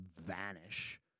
vanish